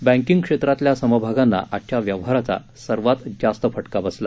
banking क्षेत्रातल्या समभागांना आजच्या व्यवहाराचा सर्वात जास्त फटका बसला